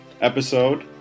episode